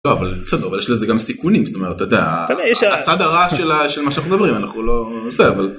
לא, אבל, בסדר, אבל יש לזה גם סיכונים, זאת אומרת, אתה יודע, הצד הרע של מה שאנחנו מדברים, אנחנו לא...